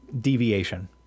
deviation